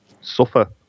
suffer